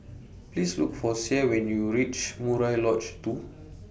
Please Look For Sie when YOU REACH Murai Lodge two